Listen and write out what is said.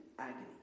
Agony